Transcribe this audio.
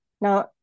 Now